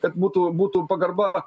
kad būtų būtų pagarba